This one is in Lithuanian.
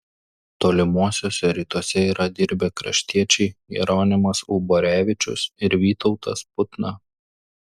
tolimuosiuose rytuose yra dirbę kraštiečiai jeronimas uborevičius ir vytautas putna